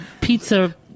pizza